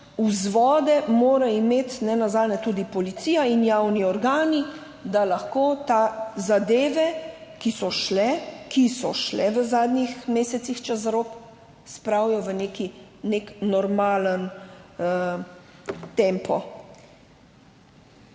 vzvode mora imeti, nenazadnje tudi policija in javni organi, da lahko te zadeve, ki so šle v zadnjih mesecih čez rob, spravijo v nek normalen tempo.